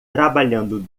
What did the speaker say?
trabalhando